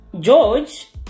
George